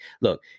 Look